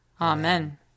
Amen